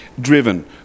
driven